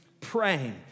praying